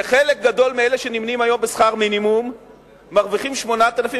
שחלק גדול מאלה שנמנים היום עם מקבלי שכר מינימום מרוויחים 8,000,